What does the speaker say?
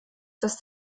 dass